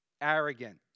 arrogant